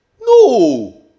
No